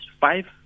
five